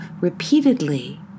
repeatedly